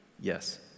Yes